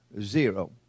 zero